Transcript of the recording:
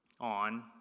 on